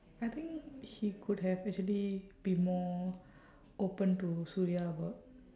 I think he could have actually be more open to suria about